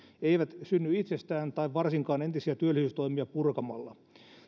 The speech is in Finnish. eivät synny itsestään tai varsinkaan entisiä työllisyystoimia purkamalla